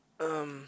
um